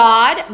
God